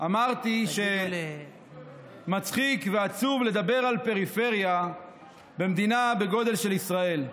אמרתי שמצחיק ועצוב לדבר על פריפריה במדינה בגודל של ישראל.